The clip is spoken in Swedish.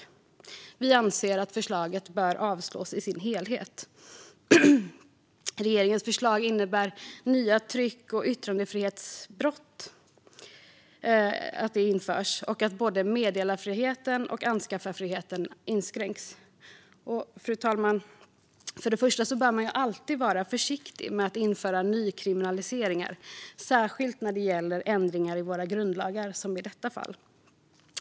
Vi anser att förslaget bör avslås i sin helhet. Regeringens förslag innebär att nya tryck och yttrandefrihetsbrott införs och att både meddelarfriheten och anskaffarfriheten inskränks. Fru talman! För det första bör man alltid vara försiktig med att införa nykriminaliseringar, särskilt när det som i detta fall gäller ändringar i våra grundlagar.